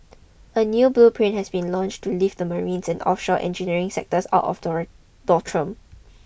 a new blueprint has been launched to lift the marines and offshore engineering sectors out of the doldrums